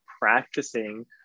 practicing